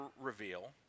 reveal